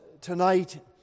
tonight